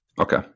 Okay